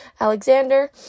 Alexander